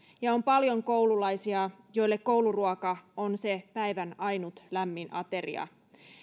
ja on paljon koululaisia joille kouluruoka on se päivän ainut lämmin ateria